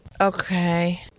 okay